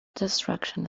destruction